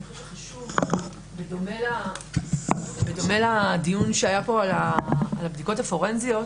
חשוב בדומה לדיון שהיה פה על הבדיקות הפורנזיות,